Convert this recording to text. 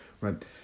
right